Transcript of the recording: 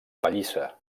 pallissa